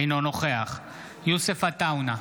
אינו נוכח יוסף עטאונה,